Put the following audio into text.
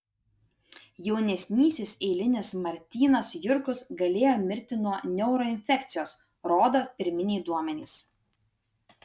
jaunesnysis eilinis martynas jurkus galėjo mirti nuo neuroinfekcijos rodo pirminiai duomenys